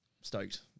Stoked